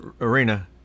Arena